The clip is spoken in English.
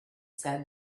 said